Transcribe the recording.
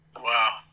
Wow